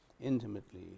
intimately